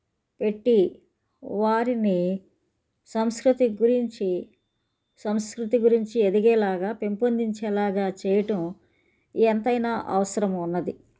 పెట్టి వారిని సంస్కృతి గురించి సంస్కృతి గురించి ఎదిగేలాగా పెంపొందించేలాగా చేయడం ఎంతైనా అవసరం ఉన్నది